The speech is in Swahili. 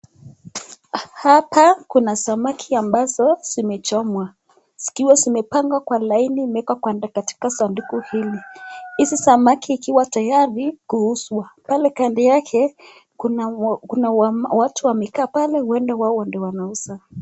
Hapa kuna samaki ambazo zimechomwa zikiwa zimepangwa kwa laini imewekwa katika sanduku hili. Hizi samaki ikiwa tayari kuuzwa .Pale kando yake, kuna watu wamekaa pale huenda wao ndo wanauza.